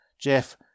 Jeff